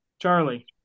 charlie